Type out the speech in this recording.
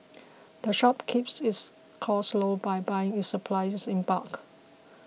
the shop keeps its costs low by buying its supplies in bulk